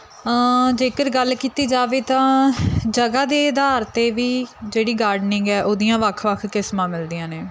ਜੇਕਰ ਗੱਲ ਕੀਤੀ ਜਾਵੇ ਤਾਂ ਜਗ੍ਹਾ ਦੇ ਅਧਾਰ 'ਤੇ ਵੀ ਜਿਹੜੀ ਗਾਰਡਨਿੰਗ ਹੈ ਉਹਦੀਆਂ ਵੱਖ ਵੱਖ ਕਿਸਮਾਂ ਮਿਲਦੀਆਂ ਨੇ